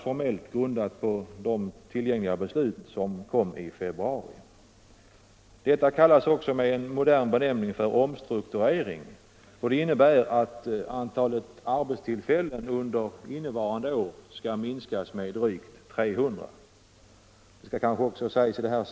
Formellt är detta grundat på beslut i februari. Vad som med en modern benämning kallas för omstrukturering pågår. Den innebär att antalet arbetstillfällen under innevarande år skall minskas med drygt 300.